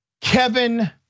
Kevin